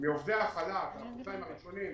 מעובדי החל"ת על החודשיים הראשונים,